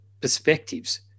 perspectives